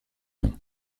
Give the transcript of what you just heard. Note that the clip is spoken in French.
nom